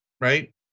right